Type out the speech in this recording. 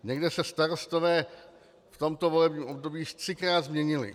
Někde se starostové v tomto volebním období už třikrát změnili.